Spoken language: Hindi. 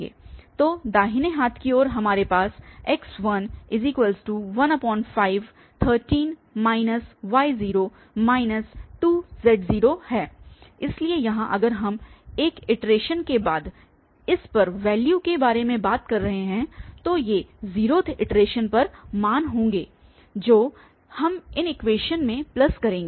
तो दाहिने हाथ की ओर हमारे पास x1513 y0 2z है इसलिए यहाँ अगर हम एक इटरेशन के बाद इस पर वैल्यूस के बारे में बात कर रहे हैं तो ये 0th इटरेशन पर मान होंगे जो हम इन इक्वेशनस में प्लग करेंगे